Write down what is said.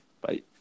Bye